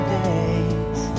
days